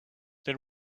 then